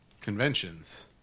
conventions